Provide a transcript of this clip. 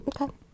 okay